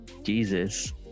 jesus